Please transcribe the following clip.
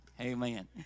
Amen